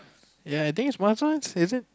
ya I think it's must learn is it